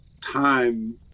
time